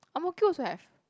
Ang_Mo_Kio also have